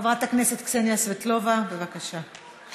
חברת הכנסת קסניה סבטלובה, בבקשה.